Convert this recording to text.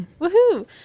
Woohoo